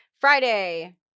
Friday